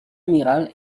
amiral